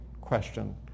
question